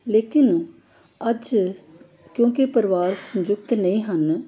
ਲੇਕਿਨ ਅੱਜ ਕਿਉਂਕਿ ਪਰਿਵਾਰ ਸੰਯੁਕਤ ਨਹੀਂ ਹਨ